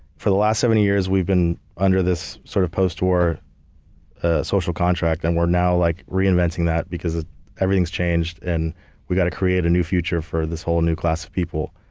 for the last seventy years, we've been under this sort of post war ah social contract. and we're now like reinventing that because ah everything's changed, and we got to create a new future for this whole new class of people.